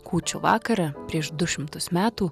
kūčių vakarą prieš du šimtus metų